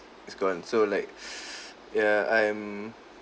it's gone so like ya I'm